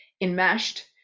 Enmeshed